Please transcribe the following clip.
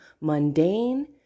mundane